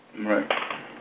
Right